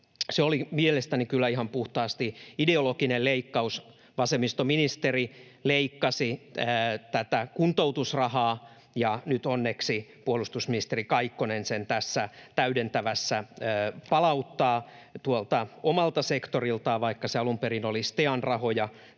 Se oli mielestäni kyllä ihan puhtaasti ideologinen leikkaus. Vasemmistoministeri leikkasi tätä kuntoutusrahaa, ja nyt onneksi puolustusministeri Kaikkonen sen tässä täydentävässä palauttaa omalta sektoriltaan, vaikka se alun perin oli STEAn rahoja,